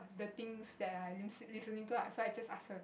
the things that I lis~ listening to [la] so I just ask